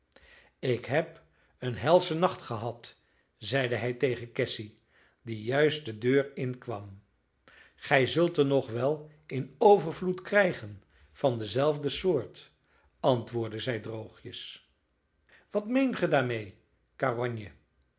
ik heb een helschen nacht gehad zeide hij tegen cassy die juist de deur inkwam gij zult er nog wel in overvloed krijgen van dezelfde soort antwoordde zij droogjes wat meent ge daarmee